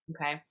okay